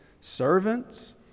servants